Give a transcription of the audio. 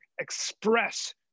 express